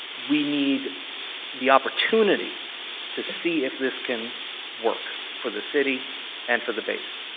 we need the opportunity to see if this can work for the city and for the base.